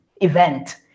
event